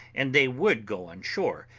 and they would go on shore,